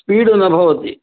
speed न भवति